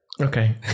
okay